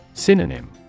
Synonym